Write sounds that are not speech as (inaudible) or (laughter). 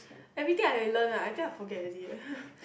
everything I learnt ah I think I forget already eh (laughs)